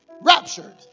raptured